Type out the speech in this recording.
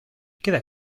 queda